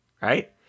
right